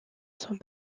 sont